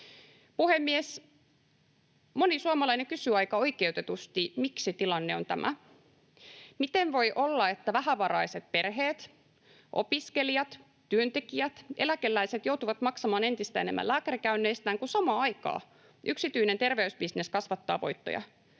Puhemies! Moni suomalainen kysyy aika oikeutetusti, miksi tilanne on tämä. Miten voi olla, että vähävaraiset perheet, opiskelijat, työntekijät, eläkeläiset joutuvat maksamaan entistä enemmän lääkärikäynneistään, kun samaan aikaan yksityinen terveysbisnes kasvattaa voittoja?